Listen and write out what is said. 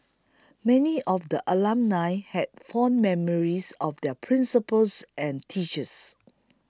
many of the alumnae had fond memories of their principals and teachers